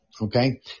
Okay